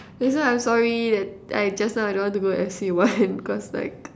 that's why I'm sorry that I just now I don't want to go F_C one cause like